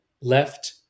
left